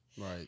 Right